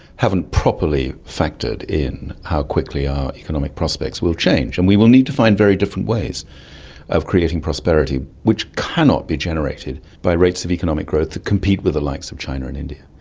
haven't properly factored in how quickly our economic prospects will change, and we will need to find very different ways of creating prosperity which cannot be generated by rates of economic growth that compete with the likes of china and india.